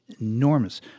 enormous